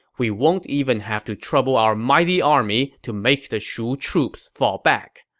we won't even have to trouble our mighty army to make the shu troops fall back.